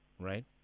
right